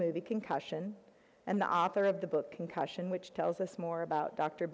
movie concussion and the author of the book concussion which tells us more about dr